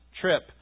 trip